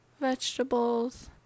vegetables